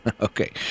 Okay